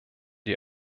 die